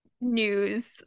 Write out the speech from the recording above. news